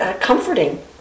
comforting